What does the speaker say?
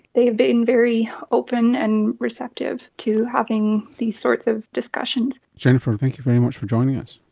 they have been very open and receptive to having these sorts of discussions. jennifer, thank you very much for joining us.